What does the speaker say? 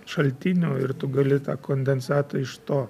šaltinių ir tu gali tą kondensatą iš to